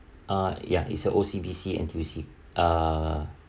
uh ya is a O_C_B_C N_T_U_C uh